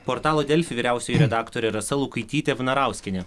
portalo delfi vyriausioji redaktorė rasa lukaitytė vanarauskienė